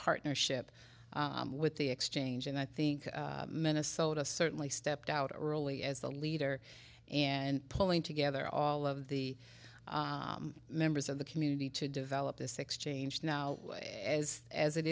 partnership with the exchange and i think minnesota certainly stepped out early as the leader and pulling together all of the members of the community to develop this exchange now as as it